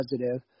positive